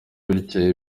bityo